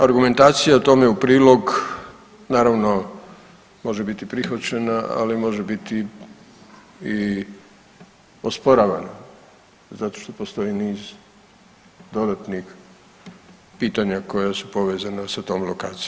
Argumentacija o tome u prilog naravno može biti prihvaćena, ali može biti i osporavana zato što postoji niz dodatnih pitanja koja su povezana sa tom lokacijom.